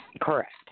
Correct